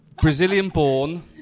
Brazilian-born